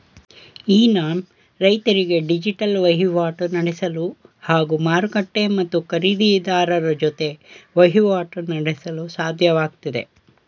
E NAM ರೈತರಿಗೆ digital ವಹಿವಾಟು ನಡೆಸಲು ಹಾಗೂ ಮಾರುಕಟ್ಟೆ ಮತ್ತು ಖರೀದಿರಾರರ ಜೊತೆ ವಹಿವಾಟು ನಡೆಸಲು ಸಾಧ್ಯವಾಗ್ತಿದೆ